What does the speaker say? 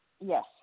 Yes